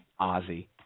Ozzy